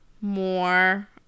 more